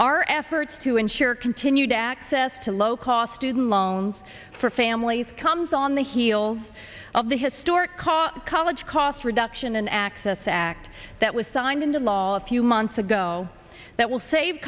our efforts to ensure continued access to low cost to them loans for families comes on the heels of the historic call college cost reduction and access act that was signed into law a few months ago that will save